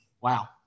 Wow